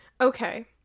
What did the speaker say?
Okay